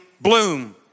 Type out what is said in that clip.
bloom